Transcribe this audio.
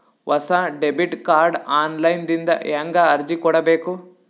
ಹೊಸ debit card online ದಿಂದ ಹೇಂಗ ಅರ್ಜಿ ಕೊಡಬೇಕು?